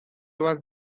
was